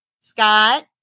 Scott